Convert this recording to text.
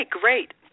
great